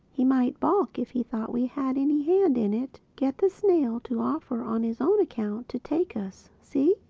he might balk if he thought we had any hand in it. get the snail to offer on his own account to take us. see?